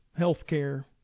healthcare